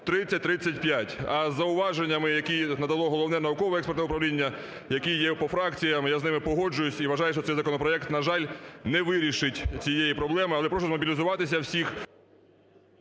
3035. А із зауваженнями, які надало Головне науково-експертне управління, які є по фракціях, я з ними погоджуюсь і вважаю, що цей законопроект, на жаль, не вирішить цієї проблеми, але прошу змобілізуватися всіх.